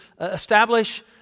establish